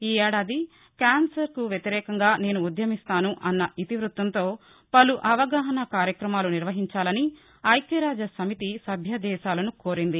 ఈ ఏడాది కాస్సర్ వ్యతిరేకంగా నేను ఉద్యమిస్తాను అన్న ఇతివృత్తంతో పలు అవగాహన కార్యక్రమాలను నిర్వహించాలని ఐక్యరాజ్యసమితి సభ్యదేశాలను కోరింది